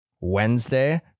wednesday